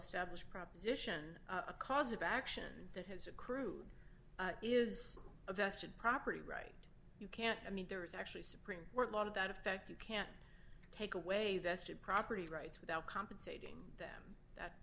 established proposition a cause of action that has accrued is a vested property right you can't i mean there is actually supreme court lot of that effect you can't take away vested property rights without compensating them that